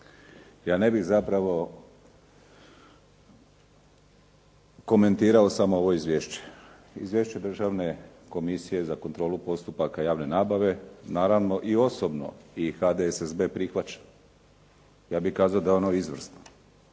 Ja ne bih zapravo komentirao samo ovo izvješće. Izvješće Državne komisije za kontrolu postupaka javne nabave naravno i osobno i HDSSB prihvaća. Ja bih kazao da je ono izvrsno.